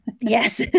yes